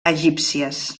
egípcies